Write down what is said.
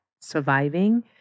surviving